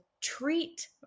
treat